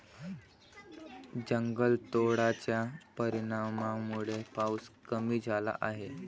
जंगलतोडाच्या परिणामामुळे पाऊस कमी झाला आहे